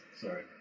sorry